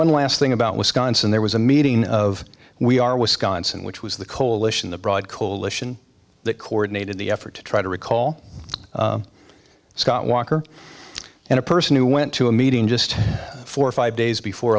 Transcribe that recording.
one last thing about wisconsin there was a meeting of we are wisconsin which was the coalition the broad coalition that coordinated the effort to try to recall scott walker and a person who went to a meeting just four or five days before